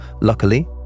Luckily